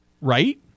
Right